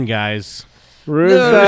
guys